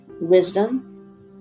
Wisdom